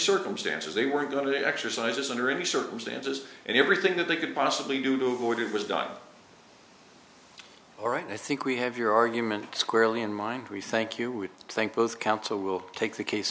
circumstances they weren't going to exercise us under any circumstances and everything that they could possibly do to avoid it was done or i think we have your argument squarely in mind we thank you we thank both council will take the case